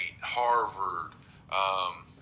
Harvard